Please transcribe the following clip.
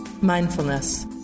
Mindfulness